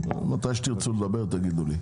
אין בעיה, מתי שתרצו לדבר תגידו לי.